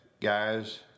guys